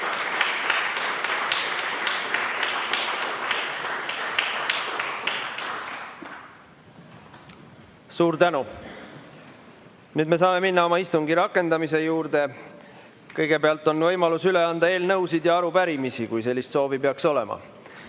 Suur tänu! Nüüd saame minna oma istungi rakendamise juurde. Kõigepealt on võimalus üle anda eelnõusid ja arupärimisi, kui sellist soovi peaks olema.